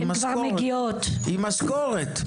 עם משכורת.